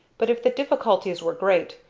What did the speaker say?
but if the difficulties were great,